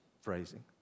phrasing